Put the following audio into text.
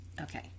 Okay